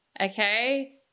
Okay